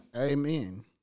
Amen